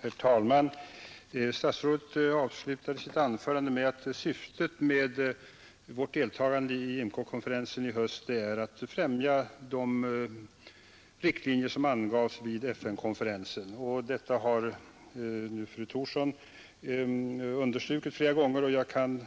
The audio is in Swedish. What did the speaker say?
Herr talman! Statsrådet avslutade sitt anförande med att säga att syftet med vårt deltagande i IMCO-konferensen i höst är att följa upp de riktlinjer som drogs upp vid FN-konferensen. Detta har fru Thorsson understrukit flera gånger, men